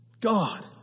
God